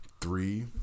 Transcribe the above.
three